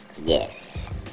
Yes